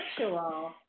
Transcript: virtual